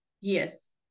Yes